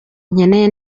nkeneye